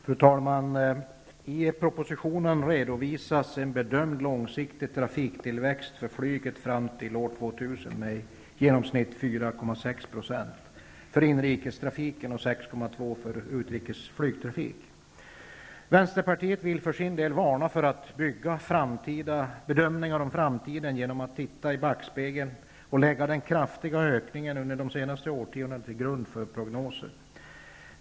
Fru talman! I propositionen redovisas en bedömd långsiktig trafiktillväxt fram till år 2000 med i genomsnitt 4,6 % för inrikes och 6,2 % för utrikes flygtrafik. Vänsterpartiet vill varna för att bygga framtida bedömningar på att titta i backspegeln och lägga den kraftiga ökningen under de senaste årtiondena till grund för prognoser.